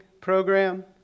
program